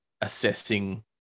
assessing